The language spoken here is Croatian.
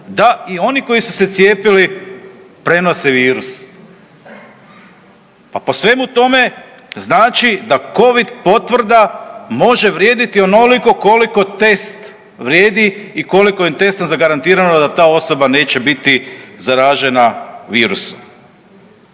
da i oni koji su se cijepili prenose virus. Pa po svemu tome znači da covid potvrda može vrijediti onoliko koliko test vrijedi i koliko im je testom zagarantirano da ta osoba neće biti zaražena virusom.